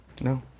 No